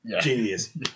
genius